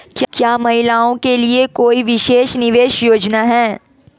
क्या महिलाओं के लिए कोई विशेष निवेश योजना है?